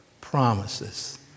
promises